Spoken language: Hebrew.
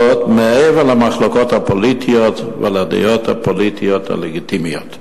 מעבר למחלוקות הפוליטיות ולדעות הפוליטיות הלגיטימיות.